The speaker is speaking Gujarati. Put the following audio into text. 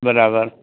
બરાબર